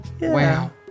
Wow